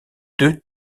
deux